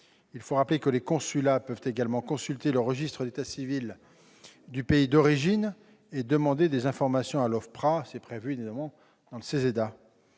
il faut rappeler que les consulats peuvent également consulter le registre d'état civil du pays d'origine et demander des informations à l'OFPRA. C'est évidemment prévu dans le CESEDA.